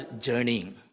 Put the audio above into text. journeying